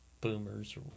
boomers